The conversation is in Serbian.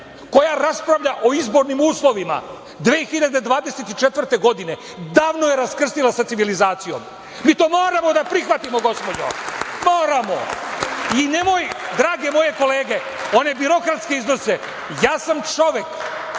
koja raspravlja o izbornim uslovima 2024. godine davno je raskrstila sa civilizacijom. Mi to moramo da prihvatimo, gospođo. Moramo.I nemoj, drage moje kolege, one birokratske iznose, ja sam čovek